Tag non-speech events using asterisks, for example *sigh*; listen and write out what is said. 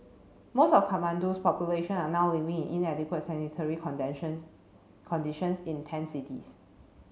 most of Kathmandu's population are now living in inadequate sanitary *unintelligible* conditions in tent cities